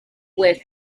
with